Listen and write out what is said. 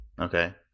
Okay